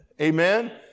Amen